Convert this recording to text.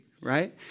right